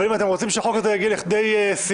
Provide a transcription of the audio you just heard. אבל אם אתם רוצים שהחוק הזה יגיע לכדי סיום,